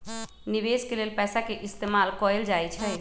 निवेश के लेल पैसा के इस्तमाल कएल जाई छई